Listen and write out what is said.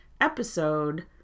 episode